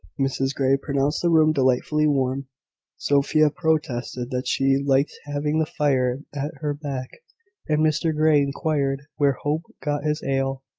mrs grey pronounced the room delightfully warm sophia protested that she liked having the fire at her back and mr grey inquired where hope got his ale.